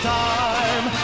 time